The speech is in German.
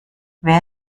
wer